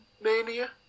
Mania